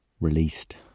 released